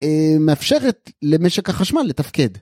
מאפשרת למשק החשמל לתפקד.